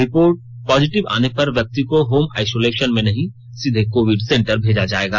report positive आने पर व्यक्ति को होम आइसोलेशन में नहीं सीधे कोविड सेंटर भेजा जाएगा